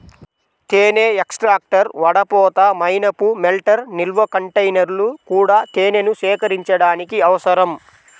తేనె ఎక్స్ట్రాక్టర్, వడపోత, మైనపు మెల్టర్, నిల్వ కంటైనర్లు కూడా తేనెను సేకరించడానికి అవసరం